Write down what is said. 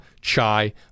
chai